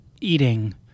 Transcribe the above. eating